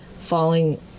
falling